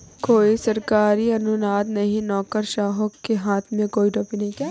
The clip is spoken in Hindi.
कोई सरकारी अनुदान नहीं, नौकरशाहों के हाथ में कोई टोपी नहीं